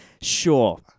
sure